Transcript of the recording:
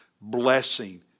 blessing